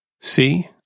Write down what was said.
see